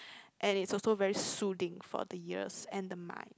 and it's also very soothing for the ears and the mind